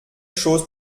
chose